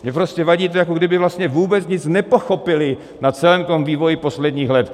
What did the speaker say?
Mně prostě vadí to, jako kdyby vlastně vůbec nic nepochopili na celém to vývoji posledních let.